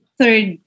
third